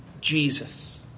Jesus